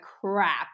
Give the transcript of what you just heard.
crap